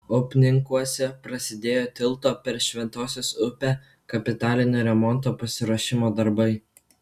upninkuose prasidėjo tilto per šventosios upę kapitalinio remonto pasiruošimo darbai